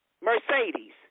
mercedes